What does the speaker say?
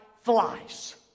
flies